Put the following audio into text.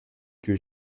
que